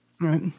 Right